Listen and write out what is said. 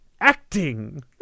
acting